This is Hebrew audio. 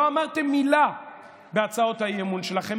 לא אמרתם מילה בהצעות האי-אמון שלכם,